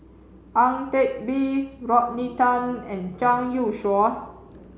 Ang Teck Bee Rodney Tan and Zhang Youshuo